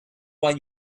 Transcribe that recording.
why